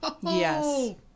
Yes